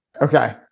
Okay